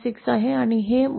6 आहे आणि हे j 1